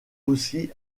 aussi